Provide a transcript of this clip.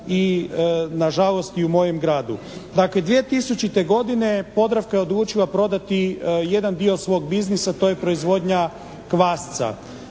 i na žalost i u mojem gradu. Dakle 2000. godine "Podravka" je odlučila prodati jedan dio svog biznisa, to je proizvodnja kvasca.